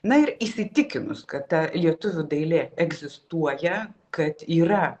na ir įsitikinus kad ta lietuvių dailė egzistuoja kad yra